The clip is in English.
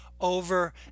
over